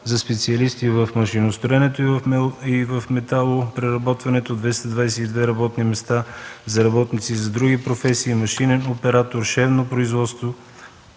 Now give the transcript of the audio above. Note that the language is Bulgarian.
за специалисти в машиностроенето и металопреработването; 222 работни места за работници с други професии – машинен оператор, шевно производство